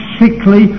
sickly